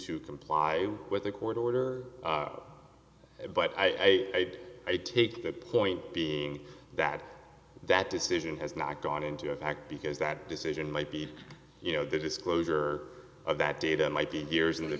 to comply with a court order but i take the point being that that decision has not gone into effect because that decision might be you know the disclosure of that data might be years in the